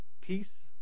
peace